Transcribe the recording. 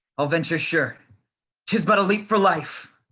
i'll venture sure tis but a leap for life.